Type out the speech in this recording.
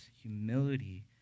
humility